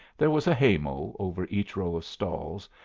there was a haymow over each row of stalls,